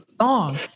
song